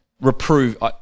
Reprove